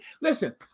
Listen